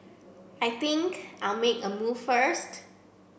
I think I'll make a move first